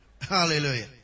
Hallelujah